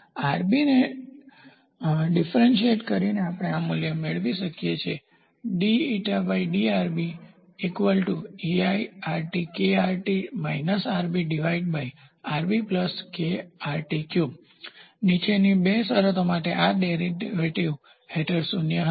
Rbને differentiate કરીને આપણે આ મૂલ્ય મેળવી શકીએ નીચેની બે શરતો આ ડેરિવેટિવ હેઠળ શૂન્ય હશે